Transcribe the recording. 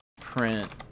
print